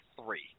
three